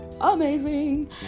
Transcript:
amazing